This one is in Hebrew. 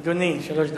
אדוני, שלוש דקות.